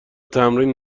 تمرین